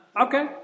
Okay